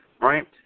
right